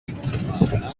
ndikumana